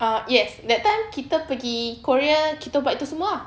ah yes that time kita pergi korea kita buat tu semua